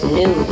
new